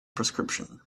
prescription